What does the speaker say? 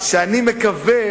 שאני מקווה